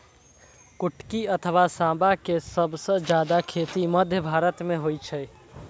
कुटकी अथवा सावां के सबसं जादे खेती मध्य भारत मे होइ छै